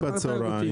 זה אתר תיירותי.